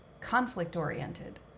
conflict-oriented